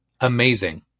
amazing